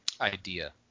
idea